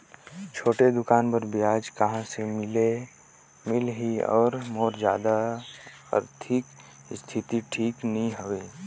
छोटे दुकान बर ब्याज कहा से मिल ही और मोर जादा आरथिक स्थिति ठीक नी हवे?